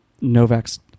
Novak's